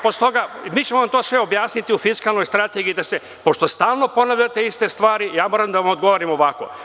Posle toga, mi ćemo vam to sve objasniti u fiskalnoj strategiji, pošto stalno ponavljate iste stvari, ja moram da vam odgovorim ovako.